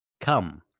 Come